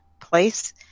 place